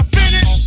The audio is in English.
finish